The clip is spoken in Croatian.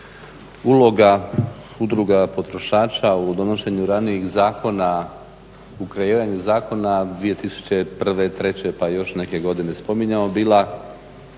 uloga Udruga potrošača u donošenju ranijih zakona u kreiranju zakona 2001., treće pa i još neke godine spominjao bila